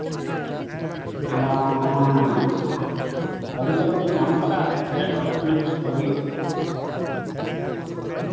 ᱟᱫᱚ ᱚᱱᱟ ᱜᱟᱹᱰᱤ ᱠᱚᱫᱚᱯᱮ ᱧᱟᱢ ᱟᱠᱟᱫᱟ ᱥᱮ ᱱᱚᱸᱰᱮ ᱠᱷᱚᱱᱟᱜ ᱜᱮ ᱠᱳᱞ ᱦᱩᱭᱩᱜᱼᱟ